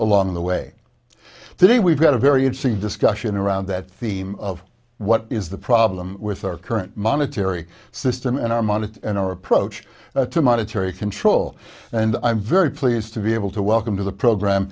along the way today we've got a very interesting discussion around that theme of what is the problem with our current monetary system and our money and our approach to monetary control and i'm very pleased to be able to welcome to the program